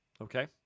Okay